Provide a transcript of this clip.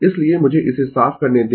इसलिए मुझे इसे साफ करने दें